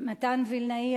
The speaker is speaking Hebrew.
מתן וילנאי,